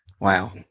Wow